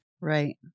Right